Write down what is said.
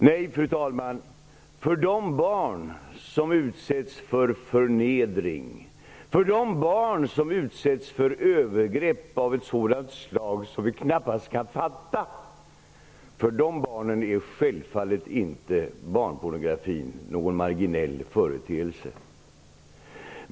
Fru talman! För de barn som utsätts för förnedring och övergrepp av ett sådant slag som vi knappast kan fatta är barnpornografin självfallet inte någon marginell företeelse.